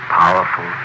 powerful